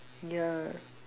ya